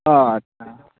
अ आच्चा